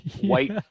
white